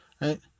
Right